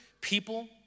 people